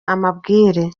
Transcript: amabwire